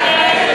הצעת סיעות מרצ,